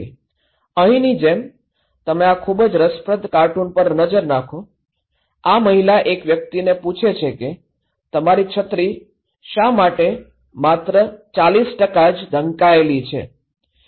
અહીંની જેમ તમે આ ખૂબ જ રસપ્રદ કાર્ટૂન પર નજર નાખો આ મહિલા એક વ્યક્તિને પૂછે છે કે તમારી છત્રી શા માટે માત્ર ૪૦ જ ઢંકાયેલી છે